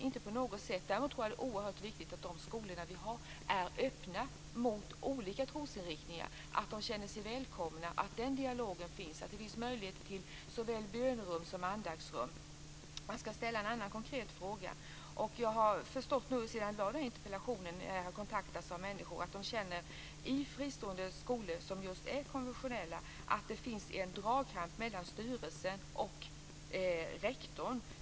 Däremot tror jag att det är oerhört viktigt att de skolor som vi har är öppna mot olika trosinriktningar och att de känner sig välkomna. Den dialogen bör finnas, och det bör finnas möjligheter till såväl bönerum som andaktsrum. Jag ska ställa ytterligare en konkret fråga. Jag har sedan jag ställde min interpellation blivit kontaktad av människor som känner att det i fristående konfessionella skolor finns en dragkamp mellan styrelsen och rektorn.